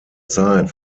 zeit